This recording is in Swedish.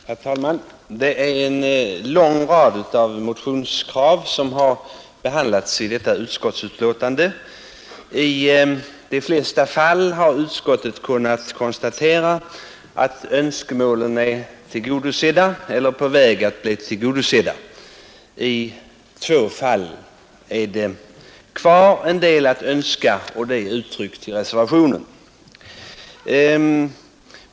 Herr talman! Det är en lång rad av motionskrav som har behandlats i detta utskottsbetänkande. I de flesta fall har utskottet kunnat konstatera att önskemålen är tillgodosedda eller på väg att bli tillgodosedda. I två fall finns det en del kvar att önska, och detta har kommit till uttryck i reservationen.